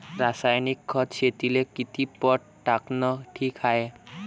रासायनिक खत शेतीले किती पट टाकनं ठीक हाये?